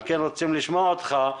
על כן רוצים לשמוע אותך,